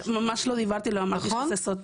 ממש לא דיברתי לא נכון.